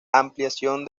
ampliación